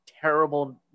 terrible